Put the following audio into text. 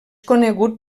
conegut